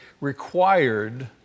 required